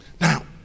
Now